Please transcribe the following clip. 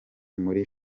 muri